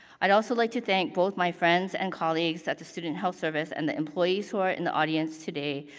i'd also like to thank both my friends and colleagues at the student health service and the employees who are in the audience today,